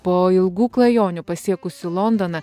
po ilgų klajonių pasiekusi londoną